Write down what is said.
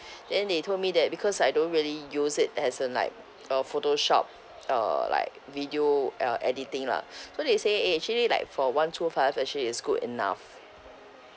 then they told me that because I don't really use it as in like uh photoshop uh like video uh editing lah so they say eh actually like for one two five actually is good enough